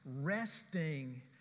resting